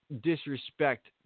disrespect